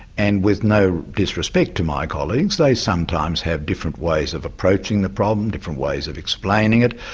and with no disrespect to my colleagues they sometimes have different ways of approaching the problem, different ways of explaining it.